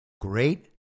great